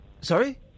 Sorry